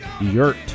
yurt